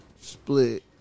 split